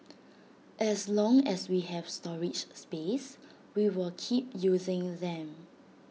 as long as we have storage space we will keep using them